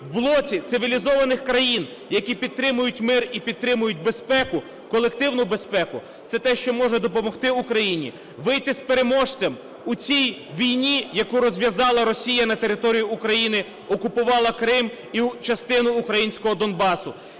в блоці цивілізованих країн, які підтримують мир і підтримують безпеку, колективну безпеку, це те, що може допомогти Україні вийти переможцем у цій війні, яку розв'язала Росія на території України, окупувала Крим і частину українського Донбасу.